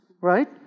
right